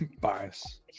bias